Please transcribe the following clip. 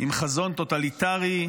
עם חזון טוטליטרי,